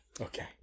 Okay